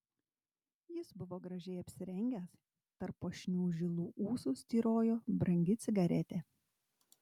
jis buvo gražiai apsirengęs tarp puošnių žilų ūsų styrojo brangi cigaretė